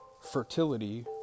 Fertility